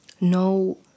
no